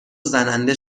زننده